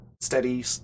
steady